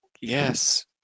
Yes